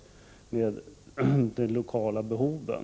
Jag avser då detta med de lokala behoven.